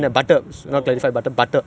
never see before